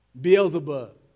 Beelzebub